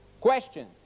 Question